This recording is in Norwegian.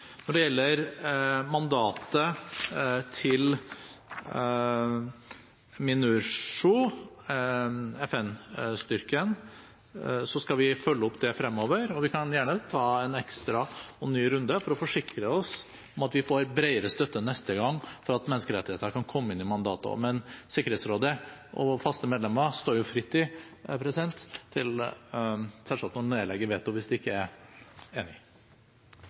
Når det gjelder mandatet til MINURSO – FN-styrken – skal vi følge opp det fremover, og vi kan gjerne ta en ekstra, ny runde for å forsikre oss om at vi får bredere støtte neste gang for at menneskerettigheter kan komme inn i mandatet. Men Sikkerhetsrådet og faste medlemmer står selvfølgelig fritt til å nedlegge veto hvis de ikke er enig.